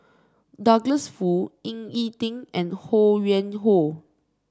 Douglas Foo Ying E Ding and Ho Yuen Hoe